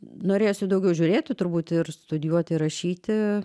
norėjosi daugiau žiūrėti turbūt ir studijuoti rašyti